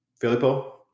Filippo